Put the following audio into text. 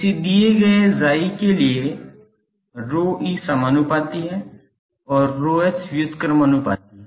किसी दिए गए chi के लिए ρe समानुपाती है और ρh व्युत्क्रमानुपाती है